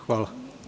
Hvala.